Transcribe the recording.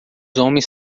homens